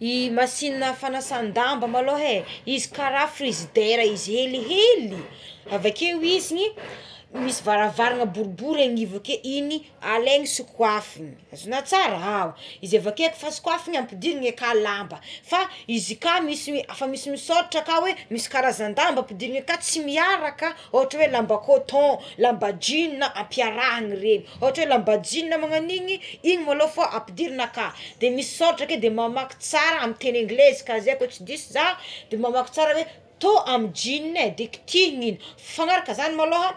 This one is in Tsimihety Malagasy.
I masinina fanasan-damba malohé izy kara frizidera izy helihely avakeo izy igny misy varavarana boribory angivy akeo igny alegny sokoafagna azona tsara à izy avekeo refa sokafagna ampidirirana aka lamba fa izy ka misy hoe afa misy misoratra ka hoe misy kazan-damba ampidirigna aka tsy miaraka ohatra hoe lamba koton lamba jean ampiarahana regny ohatra oe lamba jeans magnagno agnigny igny maloha fô ampidirigna aka de misy soratra akeo de mamaky tsara amigny teny anglais izy ka zay ko tsy diso za de mamaky tsara oe tô amy jeans é de kitihigny igny mifanaraka zagny maloha